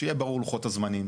שיהיה ברור לוחות הזמנים.